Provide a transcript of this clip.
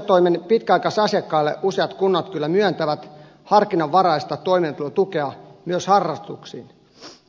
sosiaalitoimen pitkäaikaisasiakkaille useat kunnat kyllä myöntävät harkinnanvaraista toimeentulotukea myös harrastuksiin